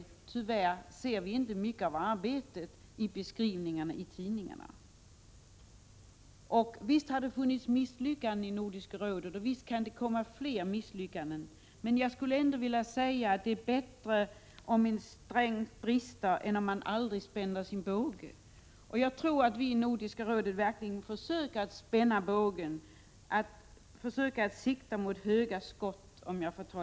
Tyvärr ser vi inte mycket av arbetet beskrivet i tidningarna. Och visst har det varit misslyckanden i Nordiska rådet, och visst kan det bli fler misslyckanden. Jag skulle ändå vilja säga att det är bättre att en sträng brister än att man aldrig spänner sin båge. Jag tror att vi i Nordiska 73 rådet verkligen försöker spänna bågen och sikta högt.